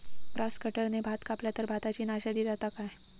Grass कटराने भात कपला तर भाताची नाशादी जाता काय?